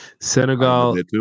Senegal